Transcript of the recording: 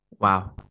Wow